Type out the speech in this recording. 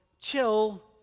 chill